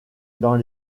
dans